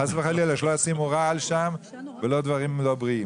חס וחלילה שלא ישימו רעל שם, ולא דברים לא בריאים.